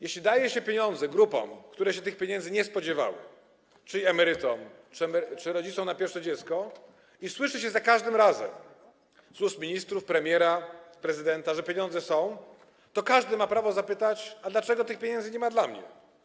Jeśli daje się pieniądze grupom, które się tych pieniędzy nie spodziewały, czyli emerytom czy rodzicom na pierwsze dziecko, i słyszy się za każdym razem z ust ministrów, premiera, prezydenta, że pieniądze są, to każdy ma prawo zapytać: A dlaczego tych pieniędzy nie ma dla mnie?